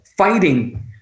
Fighting